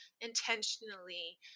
intentionally